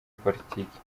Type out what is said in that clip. politiki